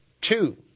two